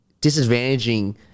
disadvantaging